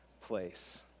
place